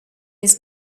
his